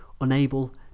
unable